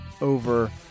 over